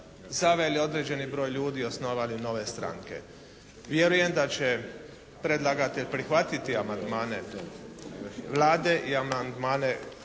zaveli određeni broj ljudi i osnovali nove stranke. Vjerujem da će predlagatelj prihvatiti amandmane Vlade i amandmane